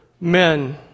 Men